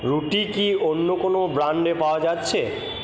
রুটি কি অন্য কোনও ব্রাণ্ডে পাওয়া যাচ্ছে